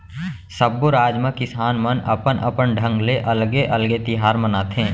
सब्बो राज म किसान मन अपन अपन ढंग ले अलगे अलगे तिहार मनाथे